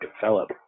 develop